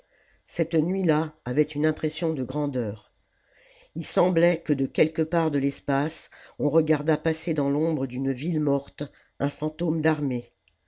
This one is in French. programme cette nuit-là avait une impression de grandeur il semblait que de quelque part de l'espace on regardât passer dans l'ombre d'une ville morte un fantôme d'armée